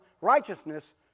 righteousness